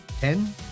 ten